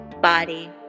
body